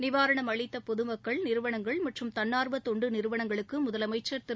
நிவாரணம் அளித்த பொதுமக்கள் நிறுவனங்கள் மற்றும் தன்னார்வ தொண்டு நிறுவனங்களுக்கு முதலமைச்சா் திரு